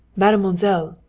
mademoiselle?